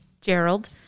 Gerald